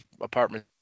apartment